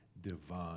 divine